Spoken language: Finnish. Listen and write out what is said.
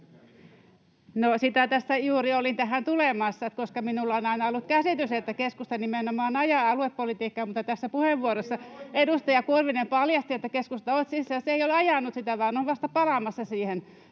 tässä juuri olin tulemassa, koska minulla on aina ollut käsitys, että keskusta nimenomaan ajaa aluepolitiikkaa. — Mutta tässä puheenvuorossa edustaja Kurvinen paljasti, että keskusta itse asiassa ei ole ajanut sitä, vaan on vasta palaamassa siihen.